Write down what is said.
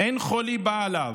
אין חולי בא עליו".